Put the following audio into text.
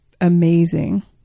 amazing